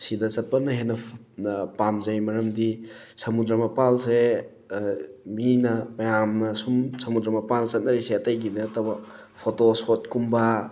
ꯁꯤꯗ ꯆꯠꯄꯅ ꯍꯦꯟꯅ ꯄꯥꯝꯖꯩ ꯃꯔꯝꯗꯤ ꯁꯃꯨꯗ꯭ꯔ ꯃꯄꯥꯜꯁꯦ ꯃꯤꯅ ꯃꯌꯥꯝꯅ ꯁꯨꯝ ꯁꯃꯨꯗ꯭ꯔ ꯃꯄꯥꯜ ꯆꯠꯅꯔꯤꯁꯦ ꯑꯇꯩꯒꯤ ꯅꯠꯇꯕ ꯐꯣꯇꯣꯁꯣꯠꯀꯨꯝꯕ